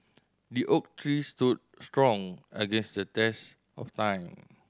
the oak tree stood strong against the test of time